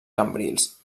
cambrils